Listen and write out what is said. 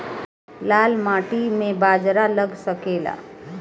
लाल माटी मे बाजरा लग सकेला?